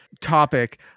topic